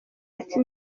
ati